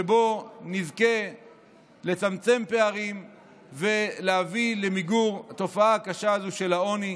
שבו נזכה לצמצם פערים ולהביא למיגור התופעה הקשה הזו של העוני,